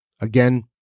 Again